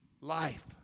life